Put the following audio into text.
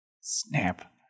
snap